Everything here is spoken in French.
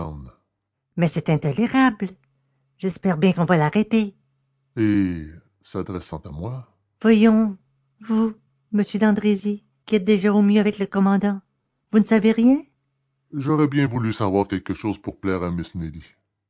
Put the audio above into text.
mais c'est intolérable j'espère bien qu'on va l'arrêter et s'adressant à moi voyons vous monsieur d'andrézy qui êtes déjà au mieux avec le commandant vous ne savez rien j'aurais bien voulu savoir quelque chose pour plaire à miss nelly